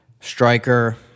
striker